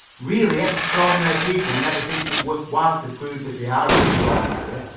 really extraordinary people never think it worth while to prove that they are extraordinary,